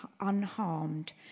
unharmed